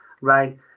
right